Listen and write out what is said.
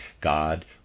God